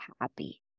happy